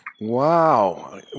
Wow